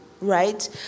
right